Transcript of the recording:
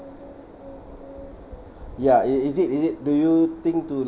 ya it is it is it do you think to